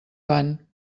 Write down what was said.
van